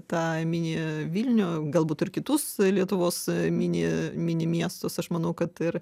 tą mini vilnių galbūt ir kitus lietuvos mini mini miestus aš manau kad ir